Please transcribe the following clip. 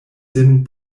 sin